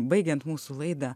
baigiant mūsų laidą